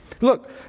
Look